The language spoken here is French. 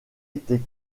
était